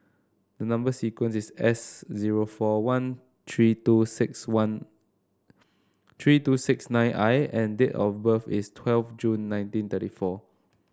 number sequence is S zero four one three two six one three two six nine I and date of birth is twelve June nineteen thirty four